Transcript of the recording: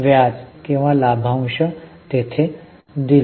व्याज किंवा लाभांश तेथे दिले